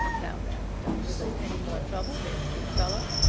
now, then, don't give us any more trouble there's a good fellow!